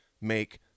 make